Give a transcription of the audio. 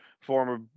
former